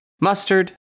mustard